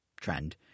trend